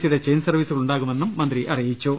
സിയുടെ ചെയിൻ സർവീസുകൾ ഉണ്ടാകു്മെന്നും മന്ത്രി അറിയിച്ചു